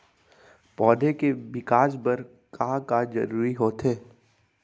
पौधे के विकास बर का का जरूरी होथे?